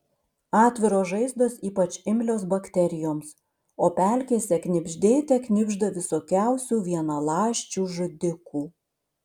atviros žaizdos ypač imlios bakterijoms o pelkėse knibždėte knibžda visokiausių vienaląsčių žudikų